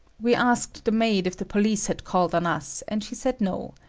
we asked the maid if the police had called on us, and she said no.